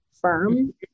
firm